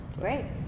Great